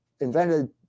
invented